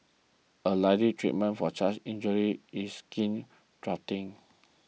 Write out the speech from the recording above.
a likely treatment for such injuries is skin grafting